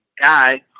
guy